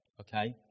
Okay